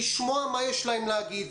לשמוע מה יש להם להגיד,